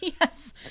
Yes